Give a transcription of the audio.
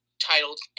titled